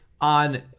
on